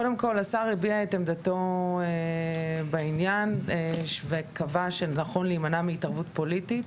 קודם כל השר הביע את עמדתו בעניין וקבע שנכון להימנע מהתערבות פוליטית